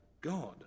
God